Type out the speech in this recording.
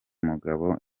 mugabo